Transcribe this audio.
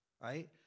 right